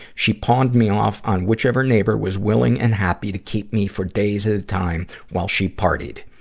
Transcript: she pawned me off on whichever neighbor was willing and happy to keep me for days at a time while she partied.